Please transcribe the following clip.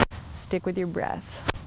stick with your breath.